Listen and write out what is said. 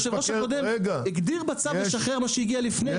היושב ראש הקודם הגדיר בצו לשחרר מה שהגיע לפני.